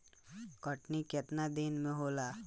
कटनी केतना दिन मे होला?